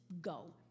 go